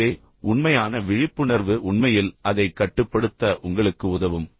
எனவே உண்மையான விழிப்புணர்வு உண்மையில் அதைக் கட்டுப்படுத்த உங்களுக்கு உதவும்